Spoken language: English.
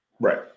Right